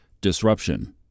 disruption